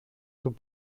του